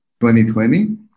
2020